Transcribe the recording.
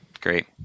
Great